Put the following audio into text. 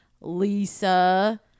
Lisa